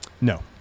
No